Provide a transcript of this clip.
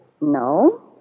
No